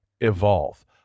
evolve